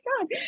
god